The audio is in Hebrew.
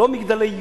לא "מגדלי Yoo"